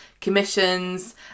commissions